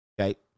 okay